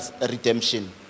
redemption